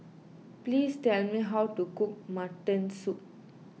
please tell me how to cook Mutton Soup